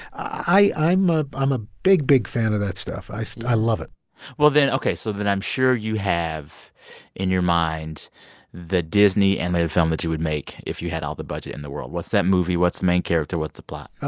i'm ah a ah big, big fan of that stuff. i i love it well, then ok, so then i'm sure you have in your mind the disney animated film that you would make if you had all the budget in the world. what's that movie? what's main character? what's the plot?